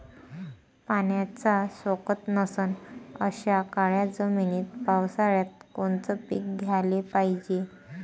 पाण्याचा सोकत नसन अशा काळ्या जमिनीत पावसाळ्यात कोनचं पीक घ्याले पायजे?